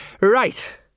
Right